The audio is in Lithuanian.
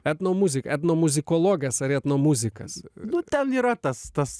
etnomuzika etnomuzikologas ar etnomuzikas nu ten yra tas tas